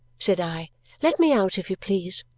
said i let me out, if you please!